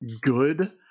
good